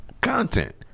content